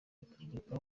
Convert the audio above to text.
repubulika